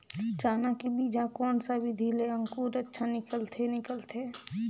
चाना के बीजा कोन सा विधि ले अंकुर अच्छा निकलथे निकलथे